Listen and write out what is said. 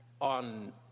on